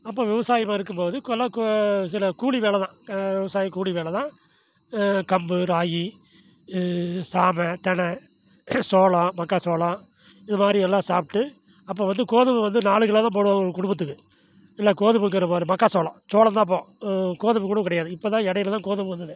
அப்போ விவசாயமாக இருக்கும்போது கொல கொ சில கூலி வேலை தான் விவசாய கூலி வேலை தான் கம்பு ராகி சாமை தின சோளம் மக்காச்சோளம் இது மாதிரி எல்லாம் சாப்பிட்டு அப்போ வந்து கோதுமை வந்து நாலு கிலோ தான் போடுவாங்கள் ஒ குடும்பத்துக்கு இல்லை கோதுமைங்குறேன் பார் மக்காச்சோளம் சோளம் தான் அப்போது கோதுமை கூட கிடையாது இப்போ தான் எடைல தான் கோதுமை வந்தது